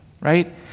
right